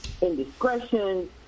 indiscretion